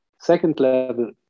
second-level